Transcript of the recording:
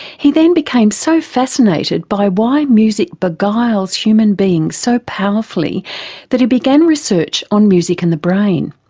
he then became so fascinated by why music beguiles human beings so powerfully that he began research on music and the brain.